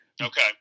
okay